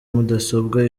mudasobwa